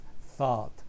thought